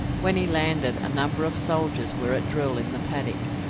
when he landed, a number of soldiers were at drill in the paddock,